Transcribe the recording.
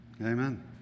Amen